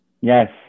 Yes